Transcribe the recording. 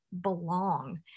belong